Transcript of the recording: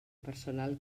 personal